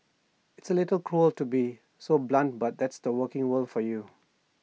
it's A little cruel to be so blunt but that's the working world for you